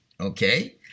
okay